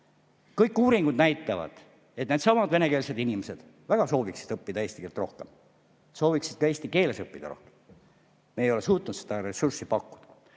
Kõik uuringud näitavad, et needsamad venekeelsed inimesed väga sooviksid õppida eesti keelt rohkem, sooviksid ka eesti keeles õppida rohkem. Me ei ole suutnud seda ressurssi pakkuda.